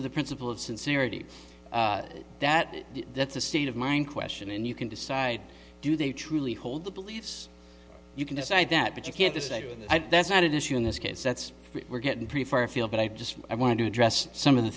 is the principle of sincerity that that's the state of mind question and you can decide do they truly hold the beliefs you can decide that but you can't just say that's not an issue in this case that's we're getting pretty far afield but i just i want to address some of the